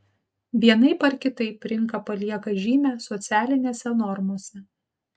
vienaip ar kitaip rinka palieka žymę socialinėse normose